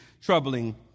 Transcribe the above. troubling